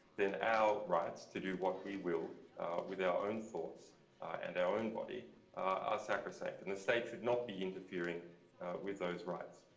then our rights to do what we will with our thoughts and our own body are sacrosanct. and the state should not be interfering with those rights.